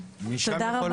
תודה רבה